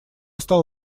встал